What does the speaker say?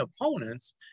opponents